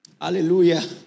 Hallelujah